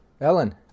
ellen